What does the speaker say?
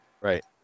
Right